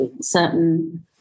certain